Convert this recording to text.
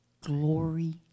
glory